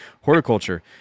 horticulture